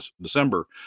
December